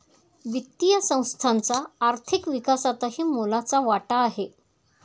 वित्तीय संस्थांचा आर्थिक विकासातही मोलाचा वाटा आहे